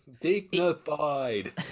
Dignified